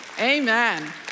Amen